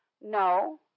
No